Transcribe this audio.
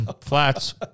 Flats